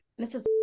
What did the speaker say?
mrs